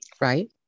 Right